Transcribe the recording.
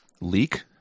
Leak